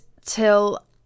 till